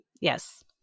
Yes